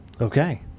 Okay